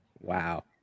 Wow